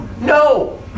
No